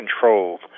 control